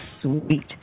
Sweet